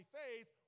faith